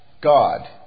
God